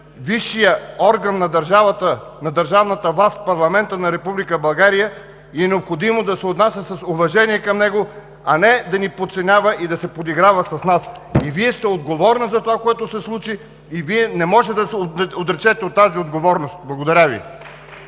държавата, на държавната власт – парламента на Република България, и е необходимо да се отнася с уважение към него, а не да ни подценява и да се подиграва с нас. И Вие сте отговорна за това, което се случи! И Вие не можете да се отречете от тази отговорност. Благодаря Ви.